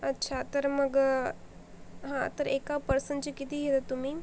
अच्छा तर मग हा तर एका पर्सनचे किती घेता तुम्ही